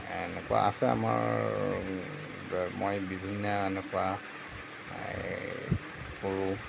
এনেকুৱা আছে আমাৰ মই বিভিন্ন এনেকুৱা এই গৰু